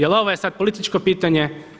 Jer ovo je sada političko pitanje.